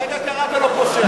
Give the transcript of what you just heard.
הרגע קראת לו פושע.